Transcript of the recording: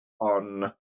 on